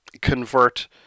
convert